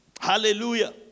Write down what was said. Hallelujah